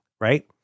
Right